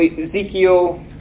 Ezekiel